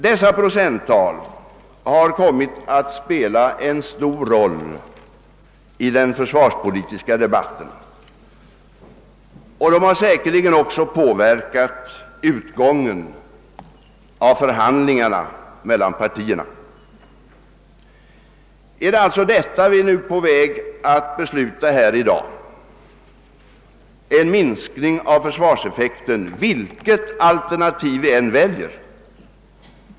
Dessa procenttal har kommit att spela en stor roll i den försvarspolitiska debatten och de har säkerligen också påverkat utgången av förhandlingarna mellan partierna. Är det alltså detta vi skall fatta beslut om här i dag — en minskning av försvarseffekten vilket alternativ vi än väljer?